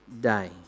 day